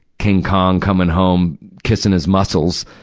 king kong coming home, kissing his muscles.